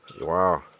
Wow